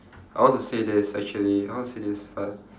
I want to say this actually I want say this but